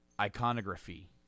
iconography